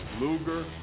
Luger